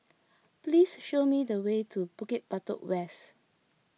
please show me the way to Bukit Batok West